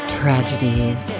tragedies